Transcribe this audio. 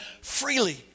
freely